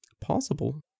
Possible